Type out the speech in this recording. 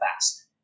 fast